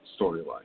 storyline